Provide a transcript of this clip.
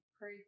pray